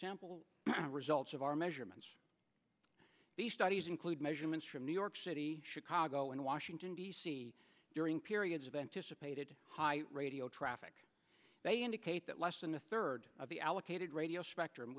sample results of our measurements these studies include measurements from new york city chicago and washington d c during periods of anticipated high radio traffic they indicate that less than a third of the allocated radio spectrum